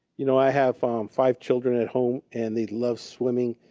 you know i have um five children at home, and they love swimming.